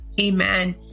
Amen